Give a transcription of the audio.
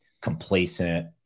complacent